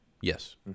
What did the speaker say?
Yes